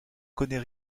connaît